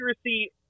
accuracy